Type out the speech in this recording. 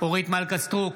מלכה סטרוק,